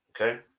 Okay